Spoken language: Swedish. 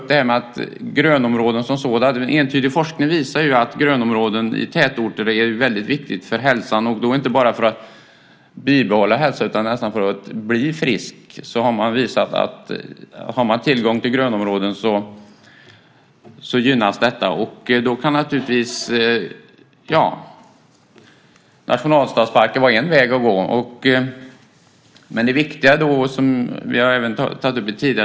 Entydig forskning visar att grönområden i tätorter är viktiga för hälsan - inte bara för att bibehålla hälsan utan för att bli frisk. Det visar sig att om man har tillgång till grönområden gynnas hälsan. Nationalstadsparker kan då vara en väg att gå.